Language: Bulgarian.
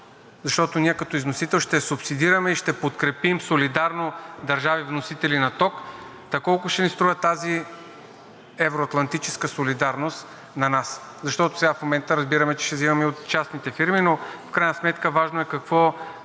защото ние като износител ще субсидираме и солидарно ще подкрепим държави, вносители на ток? Та колко ще ни струва тази евро-атлантическа солидарност на нас, защото сега в момента разбираме, че ще взимаме от частните фирми? В крайна сметка важно е какво